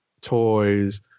toys